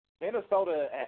Minnesota